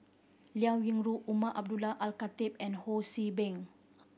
Liao Yingru Umar Abdullah Al Khatib and Ho See Beng